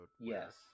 Yes